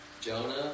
Jonah